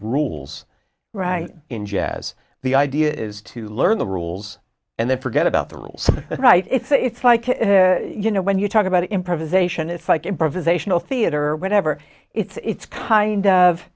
rules right in jazz the idea is to learn the rules and then forget about the rules right it's like you know when you talk about improvisation it's like improvisational theater or whatever it's kind of